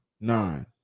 Nine